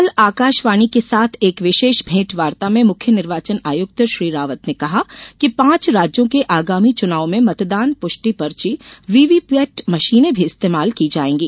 कल आकाशवाणी के साथ एक विशेष भेंट वार्ता में मुख्य निर्वाचन आयुक्त श्री रावत ने कहा कि पांच राज्यों के आगामी चुनाव में मतदान पुष्टि पर्ची वी वी पैट मशीनें भी इस्तेमाल की जाएंगी